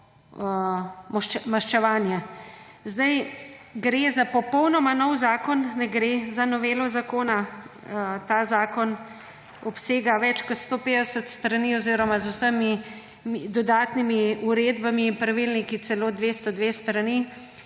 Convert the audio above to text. Gre za popolnoma nov zakon, ne gre za novelo zakona. Ta zakon obsega več kot 150 strani oziroma z vsemi dodatnimi uredbami in pravilniki celo 202 strani;